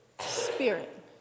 spirit